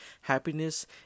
Happiness